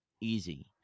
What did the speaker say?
easy